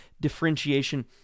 differentiation